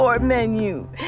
menu